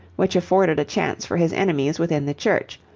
which afforded a chance for his enemies within the church,